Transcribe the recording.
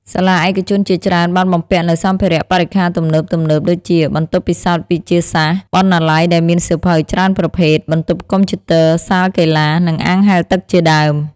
សាលាឯកជនជាច្រើនបានបំពាក់នូវ សម្ភារៈបរិក្ខារទំនើបៗ ដូចជា បន្ទប់ពិសោធន៍វិទ្យាសាស្ត្រ បណ្ណាល័យដែលមានសៀវភៅច្រើនប្រភេទ បន្ទប់កុំព្យូទ័រ សាលកីឡា និងអាងហែលទឹកជាដើម។